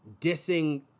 dissing